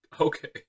Okay